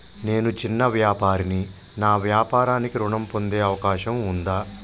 నేను చిన్న వ్యాపారిని నా వ్యాపారానికి ఋణం పొందే అవకాశం ఉందా?